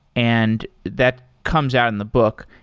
and that comes out in the book.